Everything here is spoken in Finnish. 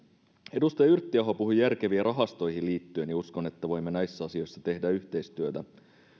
edustaja yrttiaho puhui järkeviä rahastoihin liittyen ja uskon että voimme näissä asioissa tehdä yhteistyötä